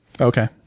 Okay